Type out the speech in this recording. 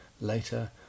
later